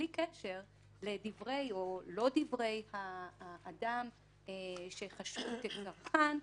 בלי קשר לדברי האדם שחשוד כצרכן,